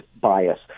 bias